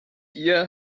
ihr